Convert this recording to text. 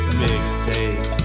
mixtape